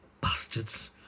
bastards